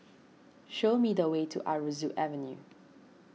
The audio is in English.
show me the way to Aroozoo Avenue